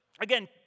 Again